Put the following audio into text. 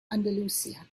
andalusia